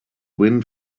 wind